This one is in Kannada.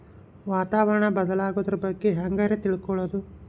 ವಾತಾವರಣ ಬದಲಾಗೊದ್ರ ಬಗ್ಗೆ ಹ್ಯಾಂಗ್ ರೇ ತಿಳ್ಕೊಳೋದು?